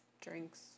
Drinks